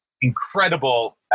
incredible